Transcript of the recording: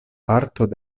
parton